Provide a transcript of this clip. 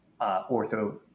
ortho